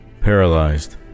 paralyzed